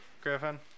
griffin